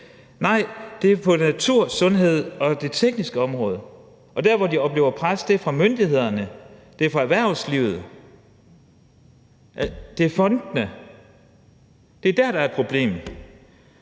nej, det var på naturområdet, sundhedsområdet og det tekniske område. Og der, hvor de oplever, presset kommer fra, er fra myndighederne, det er fra erhvervslivet, og det er fra fondene. Det er der, der er et problem.